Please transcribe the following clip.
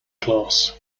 class